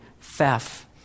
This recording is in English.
theft